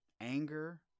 anger